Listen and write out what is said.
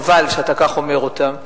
חבל שאתה כך אומר אותם.